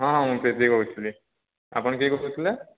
ହଁ ମୁଁ ପିଭି କହୁଥିଲି ଆପଣ କିଏ କହୁଥିଲେ